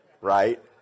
right